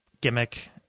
gimmick